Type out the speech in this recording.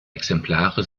exemplare